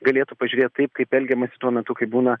galėtų pažiūrėt taip kaip elgiamasi tuo metu kai būna